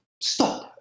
stop